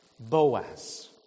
Boaz